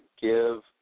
give